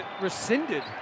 rescinded